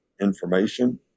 information